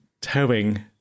towing